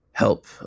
help